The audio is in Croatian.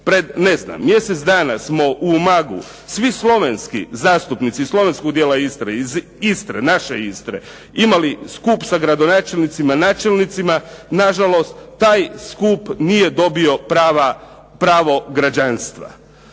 Pred ne znam mjesec dana smo u Umagu svi slovenski zastupnici slovenskog dijela Istre, iz Istre, naše Istre imali skup sa gradonačelnicima, načelnicima. Nažalost, taj skup nije dobio pravo građanstva.